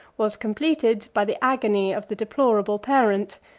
was completed by the agony of the deplorable parent,